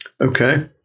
Okay